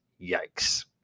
yikes